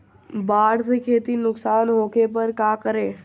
बाढ़ से खेती नुकसान होखे पर का करे?